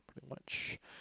much